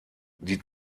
die